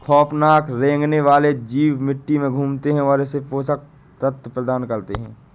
खौफनाक रेंगने वाले जीव मिट्टी में घूमते है और इसे पोषक तत्व प्रदान करते है